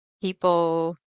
People